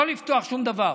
לא לפתוח שום דבר.